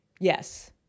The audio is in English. Yes